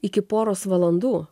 iki poros valandų